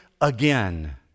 again